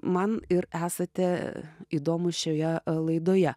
man ir esate įdomūs šioje laidoje